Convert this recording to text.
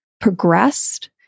progressed